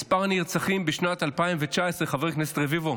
מספר הנרצחים בשנת 2019, חבר הכנסת רביבו,